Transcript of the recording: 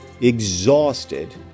exhausted